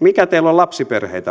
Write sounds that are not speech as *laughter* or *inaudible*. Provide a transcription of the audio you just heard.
mitä teillä on lapsiperheitä *unintelligible*